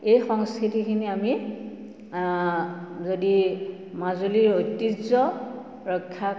এই সংস্কৃতিখিনি আমি যদি মাজুলীৰ ঐতিহ্য ৰক্ষা